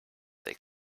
they